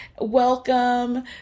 Welcome